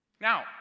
Now